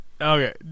Okay